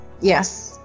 Yes